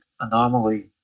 anomaly